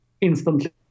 instantly